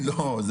אז